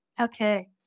Okay